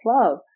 love